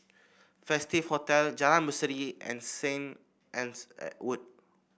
Festive Hotel Jalan Berseri and Saint Anne's Wood